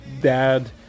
dad